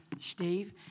Steve